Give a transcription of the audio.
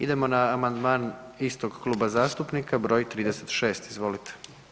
Idemo na amandman istog kluba zastupnika, broj 36., izvolite.